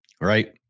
Right